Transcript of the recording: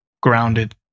grounded